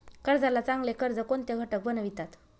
कर्जाला चांगले कर्ज कोणते घटक बनवितात?